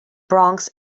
bronx